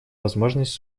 возможность